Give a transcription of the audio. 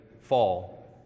fall